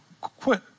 quit